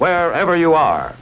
wherever you are